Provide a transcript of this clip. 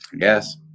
Yes